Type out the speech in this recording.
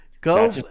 Go